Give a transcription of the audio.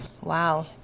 Wow